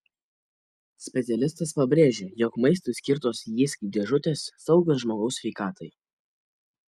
specialistas pabrėžia jog maistui skirtos jysk dėžutės saugios žmogaus sveikatai